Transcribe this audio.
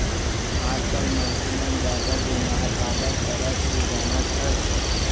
आजकाल मनसे मन जादा बेमार काबर परत हें जानत हस?